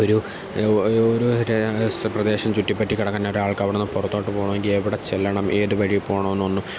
ഒരു ഒരു പ്രദേശം ചുറ്റിപറ്റിക്കിടക്കുന്ന ഒരാൾക്ക് അവിടെനിന്ന് പുറത്തോട്ട് പോവണമെങ്കിൽ എവിടെ ചെല്ലണം ഏത് വഴി പോവണമെന്നൊന്നും